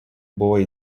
buvo